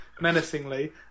menacingly